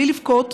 בלי לבכות,